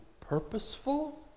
purposeful